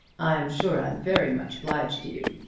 i'm sure i'm very much obliged to you,